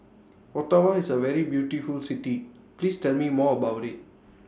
Ottawa IS A very beautiful City Please Tell Me More about IT